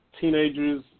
teenagers